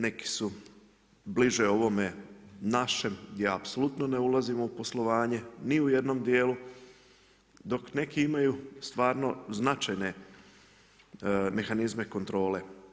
Neki su bliže ovome našem, gdje apsolutno ne ulazimo u poslovanje ni u jednom dijelu, dok neki imaju značajne mehanizme kontrole.